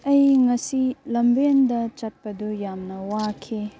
ꯑꯩ ꯉꯁꯤ ꯂꯦꯝꯕꯦꯟꯗ ꯆꯠꯄꯗꯨ ꯌꯥꯝꯅ ꯋꯥꯈꯤ